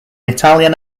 italian